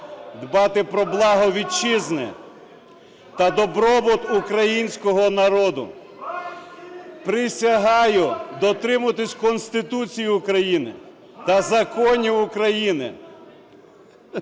дбати про благо Вітчизни та добробут Українського народу. Присягаю дотримуватися Конституції України та законів України,